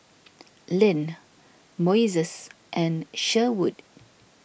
Lyn Moises and Sherwood